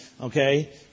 Okay